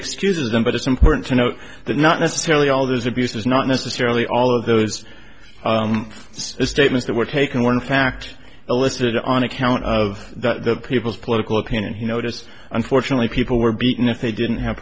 excuses them but it's important to note that not necessarily all those abuses not necessarily all of those statements that were taken were in fact illicit on account of the people's political opinion he noticed unfortunately people were beaten if they didn't have